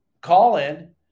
call-in